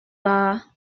dda